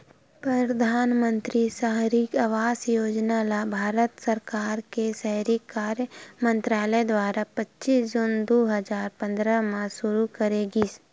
परधानमंतरी सहरी आवास योजना ल भारत सरकार के सहरी कार्य मंतरालय दुवारा पच्चीस जून दू हजार पंद्रह म सुरू करे गिस